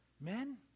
Men